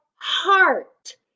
heart